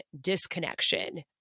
disconnection